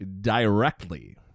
directly